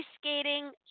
skating